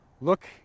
Look